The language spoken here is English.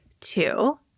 two